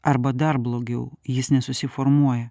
arba dar blogiau jis nesusiformuoja